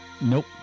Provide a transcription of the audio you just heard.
nope